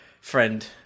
friend